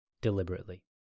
deliberately